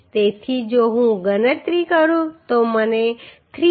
તેથી જો હું ગણતરી કરું તો મને 334